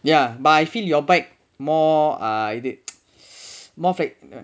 ya but I feel your bike more like ah more